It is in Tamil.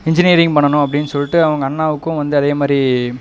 இன்ஜினியரிங் பண்ணனும் அப்படின்னு சொல்லிட்டு அவங்க அண்ணாவுக்கும் வந்து அதே மாதிரி